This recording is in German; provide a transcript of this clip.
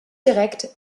direkt